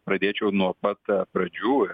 pradėčiau nuo pat pradžių ir ir